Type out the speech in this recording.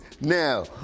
Now